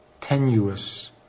tenuous